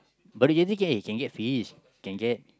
Bedok Jetty can get can get fish can get